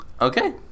Okay